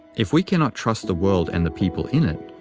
if we cannot trust the world and the people in it,